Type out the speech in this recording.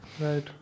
Right